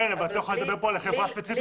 את לא יכולה לדבר על חברה ספציפית.